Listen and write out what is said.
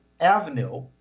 Avenue